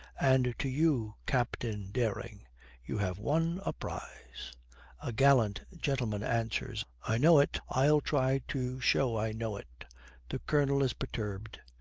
and to you, captain dering you have won a prize a gallant gentleman answers, i know it i'll try to show i know it the colonel is perturbed.